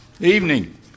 Evening